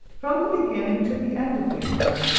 from the beginning to the end of the affair,